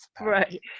right